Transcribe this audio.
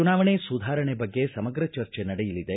ಚುನಾವಣೆ ಸುಧಾರಣೆ ಬಗ್ಗೆ ಸಮಗ್ರ ಚರ್ಚೆ ನಡೆಯಲಿದೆ